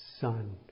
son